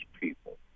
people